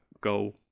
goal